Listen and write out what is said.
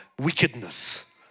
wickedness